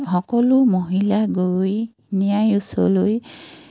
সকলো মহিলা গৈ ন্যায় ওচৰলৈ